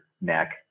neck